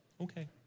Okay